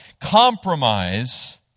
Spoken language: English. Compromise